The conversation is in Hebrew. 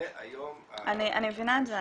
זה היום ה --- אני מבינה את זה,